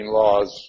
laws